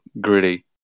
gritty